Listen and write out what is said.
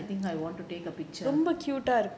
I think I want to take a picture